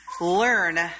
learn